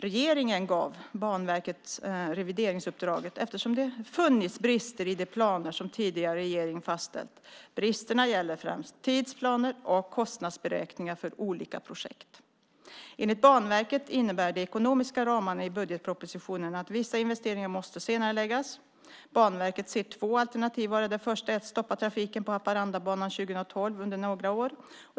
Regeringen gav Banverket revideringsuppdraget eftersom det funnits brister i de planer som den tidigare regeringen fastställt. Bristerna gäller främst tidsplaner och kostnadsberäkningar för olika projekt. Enligt Banverket innebär de ekonomiska ramarna i budgetpropositionen att vissa investeringar måste senareläggas. Banverket ser två alternativ, varav det första är att stoppa trafiken på Haparandabanan 2012 och under några år.